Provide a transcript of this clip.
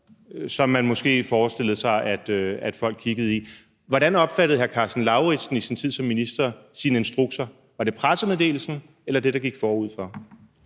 som man måske forestillede sig at folk kiggede i? Hvordan opfattede hr. Karsten Lauritzen i sin tid som minister sine instrukser: Var det pressemeddelelsen eller det, der gik forud for